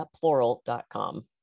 plural.com